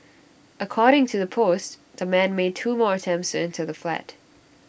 according to the post the man made two more attempts enter the flat